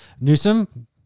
Newsom